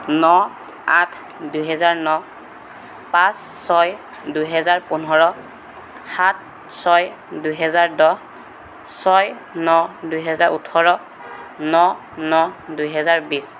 ন আঠ দুহেজাৰ ন পাঁচ ছয় দুহেজাৰ পোন্ধৰ সাত ছয় দুহেজাৰ দহ ছয় ন দুহেজাৰ ওঠৰ ন ন দুহেজাৰ বিছ